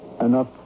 enough